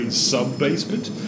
sub-basement